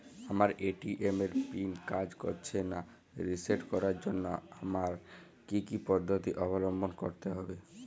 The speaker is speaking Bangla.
আমার এ.টি.এম এর পিন কাজ করছে না রিসেট করার জন্য আমায় কী কী পদ্ধতি অবলম্বন করতে হবে?